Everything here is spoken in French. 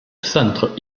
centre